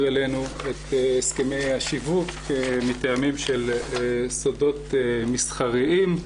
אלינו את הסכמי השיווק מטעמים של סודות מסחריים.